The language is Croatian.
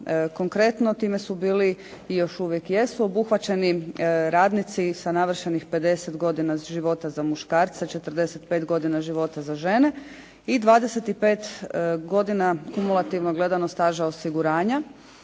Konkretno time su bili i još uvijek jesu obuhvaćeni radnici sa navršenih 50 godina života za muškarce, 45 godina života za žene i 25 godina kumulativno gledano staža osiguranja